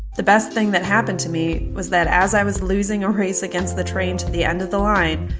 the best thing that happened to me was that as i was losing a race against the train to the end of the line,